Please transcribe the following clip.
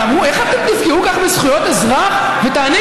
אבל אמרו: איך אתם תפגעו ככה בזכויות אזרח ותעניקו